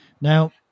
Now